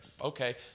okay